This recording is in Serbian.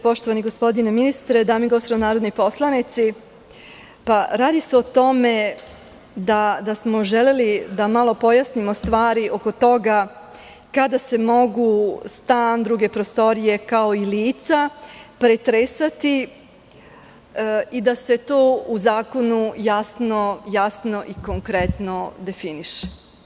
Poštovani gospodine ministre, dame i gospodo narodni poslanici, radi se o tome da smo želeli da malo pojasnimo stvari oko toga kada se mogu stan, druge prostorije, kao i lica, pretresati i da se to u zakonu jasno i konkretno definiše.